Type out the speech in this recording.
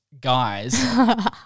guys